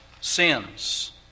sins